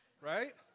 right